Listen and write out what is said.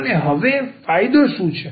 અને હવે ફાયદો શું છે